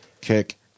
Kick